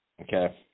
Okay